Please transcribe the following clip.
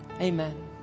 Amen